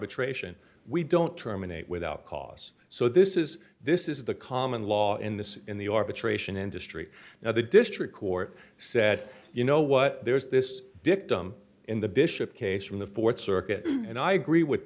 n we don't terminate without cause so this is this is the common law in this in the arbitration industry now the district court said you know what there is this dictum in the bishop case from the th circuit and i agree with